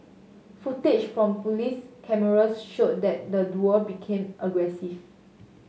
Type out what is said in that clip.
footage from police cameras showed that the duo became aggressive